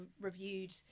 reviewed